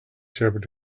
shepherd